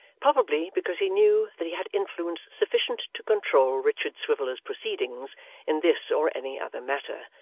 probably because he knew that he had influence sufficient to control richard swiveller's proceedings in this or any other matter,